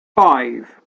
five